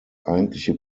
eigentliche